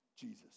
Jesus